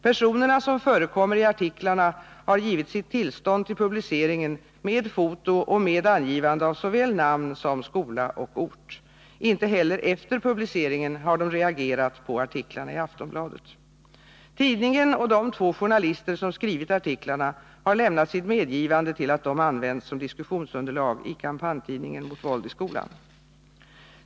Personerna som förekommer i artiklarna har givit sitt tillstånd till publiceringen med foto och med angivande av såväl namn som skola och ort. Inte heller efter publiceringen har de reagerat på artiklarna i Aftonbladet. Tidningen och de två journalister som skrivit artiklarna har lämnat sitt medgivande till att de används som diskussionsunderlag i kampanjtidningen mot våld i skolan.